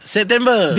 September